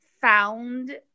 found